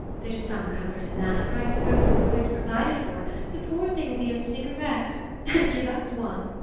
there's some comfort in that, for i suppose when the boy's provided for the poor thing will be able to take a rest and give us one!